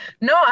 No